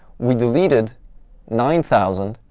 we deleted nine thousand,